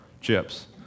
chips